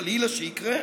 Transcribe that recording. חלילה שיקרה,